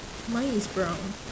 mine is brown